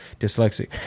Dyslexic